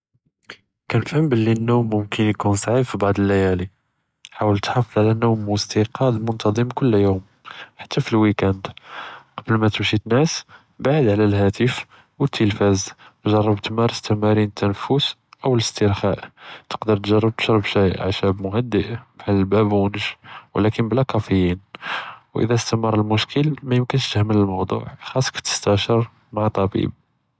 כאנפهم בּלי אלנום מומכן יכּון סעיב פבּעד אלליילי, חאוול תחאפז על נום ו אסתיקאז מנטזם כל יום, אפילו פאלוויקאנד, קבל מא תמשי תנעס בּעד עלא אלטלפון ואלטלבז, ג׳רב תמארס תמרין אלתנפס או אלאסתרכא, תقدر תגרב תשׁרב שאי עשאב מחדיא בחאל אלבאבון ג׳, אבל בלא קאפאין, ואִלה אסתמר אלמשקל מא מומכן תהמל אלמושאוא, ח׳אסך תסתשיר מע טבּיב.